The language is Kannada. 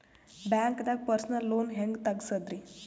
ಬ್ಯಾಂಕ್ದಾಗ ಪರ್ಸನಲ್ ಲೋನ್ ಹೆಂಗ್ ತಗ್ಸದ್ರಿ?